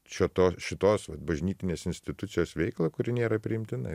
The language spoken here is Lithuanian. čia to šitos bažnytinės institucijos veiklą kuri nėra priimtina